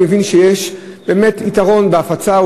אני מבין שיש באמת יתרון בהפצה,